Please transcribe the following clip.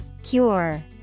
Cure